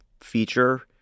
feature—